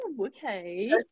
okay